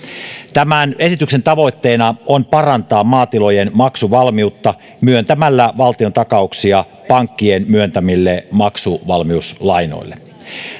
tämän esityksen tavoitteena on parantaa maatilojen maksuvalmiutta myöntämällä valtiontakauksia pankkien myöntämille maksuvalmiuslainoille